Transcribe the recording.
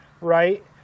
right